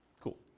Cool